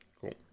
Cool